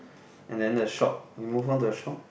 and then the shop we move on to the shop